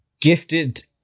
gifted